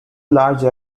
large